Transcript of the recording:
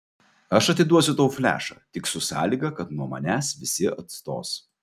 aš atiduosiu tau flešą tik su sąlyga kad nuo manęs visi atstos